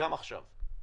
גם עכשיו.